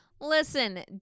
Listen